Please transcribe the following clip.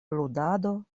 ludado